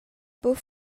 buca